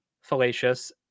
fallacious